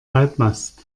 halbmast